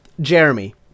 jeremy